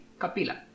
Kapila